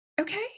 Okay